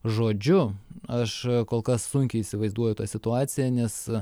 žodžiu aš kol kas sunkiai įsivaizduoju tą situaciją nes